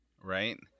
right